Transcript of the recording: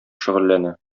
шөгыльләнә